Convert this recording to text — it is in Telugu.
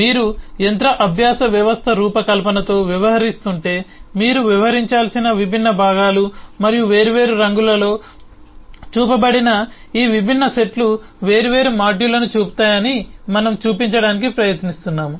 మీరు యంత్ర అభ్యాస వ్యవస్థ రూపకల్పనతో వ్యవహరిస్తుంటే మీరు వ్యవహరించాల్సిన విభిన్న భాగాలు మరియు వేర్వేరు రంగులలో చూపబడిన ఈ విభిన్న సెట్లు వేర్వేరు మాడ్యూళ్ళను చూపుతాయని మనం చూపించడానికి ప్రయత్నిస్తున్నాము